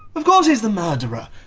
of course he's the murderer!